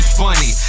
funny